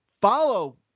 follow